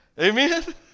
Amen